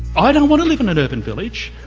i don't want to live in an urban village,